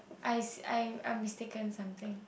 I s~ I I mistaken something